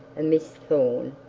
and miss thorne,